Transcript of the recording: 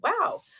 wow